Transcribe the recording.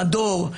מדור,